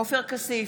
עופר כסיף,